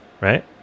right